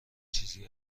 چیزی